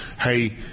hey